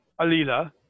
alila